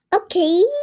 okay